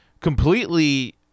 completely